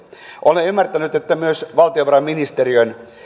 olen ymmärtänyt että myös valtiovarainministeriön